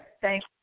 thank